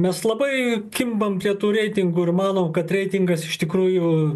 mes labai kimbam prie tų reitingų ir manom kad reitingas iš tikrųjų